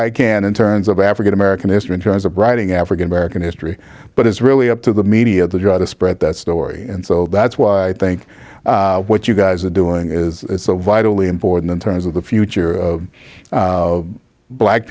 i can in terms of african american history in terms of writing african american history but it's really up to the media to try to spread that story and so that's why i think what you guys are doing is so vitally important in terms of the future